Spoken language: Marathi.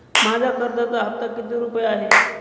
माझ्या कर्जाचा हफ्ता किती रुपये आहे?